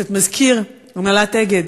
מזכיר הנהלת "אגד"